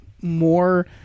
more